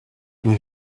nous